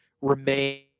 remain